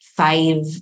five